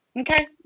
Okay